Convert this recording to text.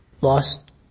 lost